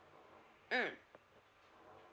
mm